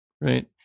Right